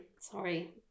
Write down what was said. Sorry